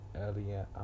earlier